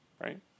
right